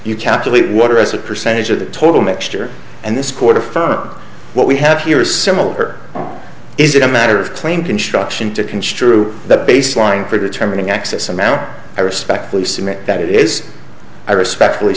you calculate water as a percentage of the total mixture and this quarter for what we have here is similar is it a matter of claim construction to construe the baseline for determining excess amount i respectfully submit that it is i respectfully